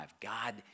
God